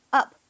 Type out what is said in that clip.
up